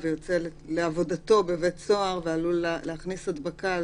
ויוצא לעבודתו בבית סוהר יכניס הדבקה